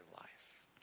life